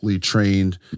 trained